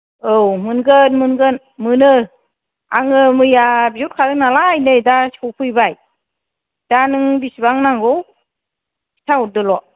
औ मोनगोन मोनगोन मोनो आङो मैया बिहरखादों नालाय नै दा सफैबाय दा नों बिसिबां नांगौ खिथाहरदोल' दे